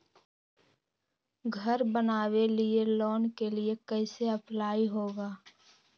घर बनावे लिय लोन के लिए कैसे अप्लाई होगा?